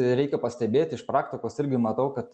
reikia pastebėti iš praktikos irgi matau kad